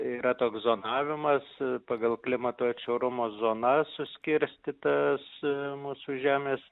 yra toks zonavimas pagal klimato atšiaurumo zonas suskirstytas mūsų žemės